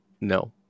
No